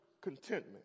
contentment